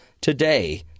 today